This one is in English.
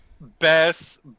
best